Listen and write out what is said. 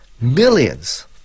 millions